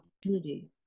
opportunity